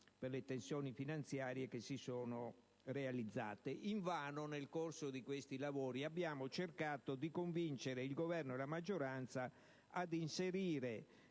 alle tensioni finanziarie che si sono verificate. Invano, nel corso di questi lavori, abbiamo cercato di convincere Governo e maggioranza ad inserire